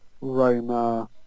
Roma